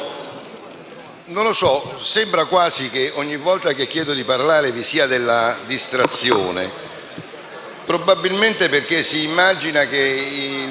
Presidente, sembra quasi che ogni volta che chiedo di parlare vi sia distrazione,